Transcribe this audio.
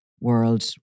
world